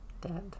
dead